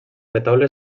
retaule